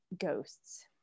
ghosts